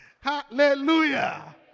Hallelujah